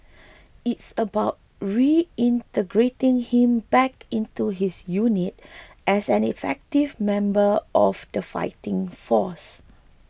it's about reintegrating him back into his unit as an effective member of the fighting force